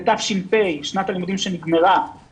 בתש"ף, שנת הלימודים בסך הכול